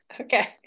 Okay